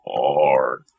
hard